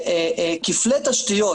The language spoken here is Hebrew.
שכפלי תשתיות,